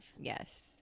Yes